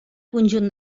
conjunt